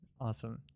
Awesome